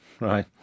right